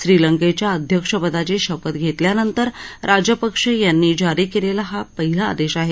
श्रीलंकेच्या अध्यक्षपदाची शपथ घेतल्यानंतर राजपक्षे यांनी जारी केलेला हा पहिला आदेश आहे